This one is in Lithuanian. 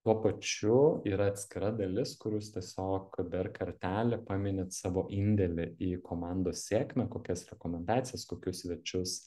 tuo pačiu yra atskira dalis kur jūs tiesiog dar kartelį paminit savo indėlį į komandos sėkmę kokias rekomendacijas kokius svečius